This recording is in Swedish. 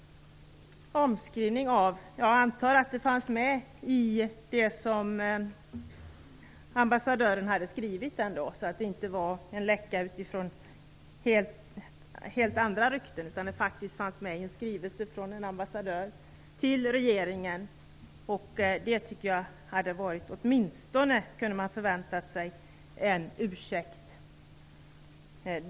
Jag antar att det hela ändå grundade sig på det som ambassadören hade framhållit i en skrivelse till regeringen och att läckan inte grundade sig på några andra rykten. Jag tycker att man åtminstone kunde ha förväntat sig en ursäkt.